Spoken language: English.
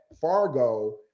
Fargo